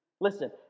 Listen